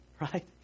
Right